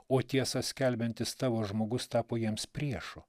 o tiesą skelbiantis tavo žmogus tapo jiems priešu